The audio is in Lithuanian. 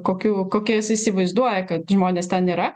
kokių kokias įsivaizduoja kad žmonės ten yra